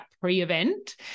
pre-event